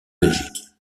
belgique